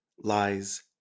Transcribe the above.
lies